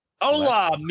Hola